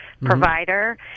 provider